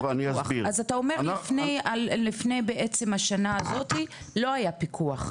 אז אתה אומר לפני בעצם השנה הזאתי לא היה פיקוח,